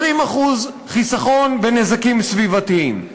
20% חיסכון בנזקים סביבתיים.